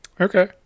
okay